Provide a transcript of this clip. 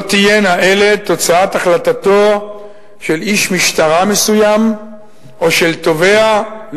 לא תהיינה אלה תוצאת החלטתו של איש משטרה מסוים או של תובע,